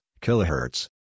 kilohertz